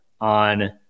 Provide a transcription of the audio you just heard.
on